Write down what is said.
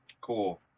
Cool